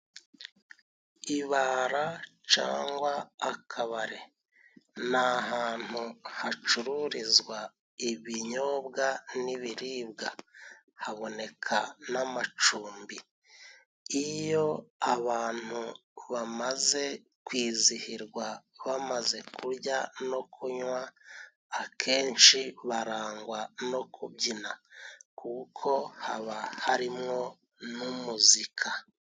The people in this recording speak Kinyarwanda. Ibara cangwa akabare ni hantu hacururizwa ibinyobwa n'ibiribwa haboneka n'amacumbi. Iyo abantu bamaze kwizihirwa bamaze kurya no kunywa, akenshi barangwa no kubyina kuko haba harimo n' umuzika.